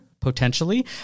potentially